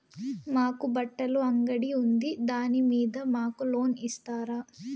మాకు బట్టలు అంగడి ఉంది దాని మీద మాకు లోను ఇస్తారా